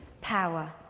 power